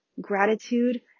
gratitude